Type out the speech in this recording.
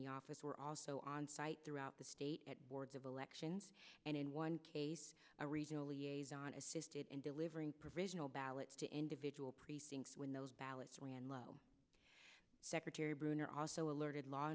the office were also on site throughout the state boards of elections and in one case a regional liaison assisted in delivering provisional ballots to individual precincts when those ballots were and lo secretary bruner also alerted law